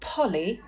Polly